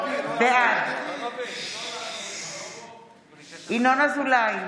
בעד ינון אזולאי,